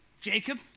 Jacob